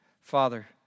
Father